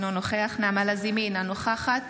אינו נוכח נעמה לזימי, אינה נוכחת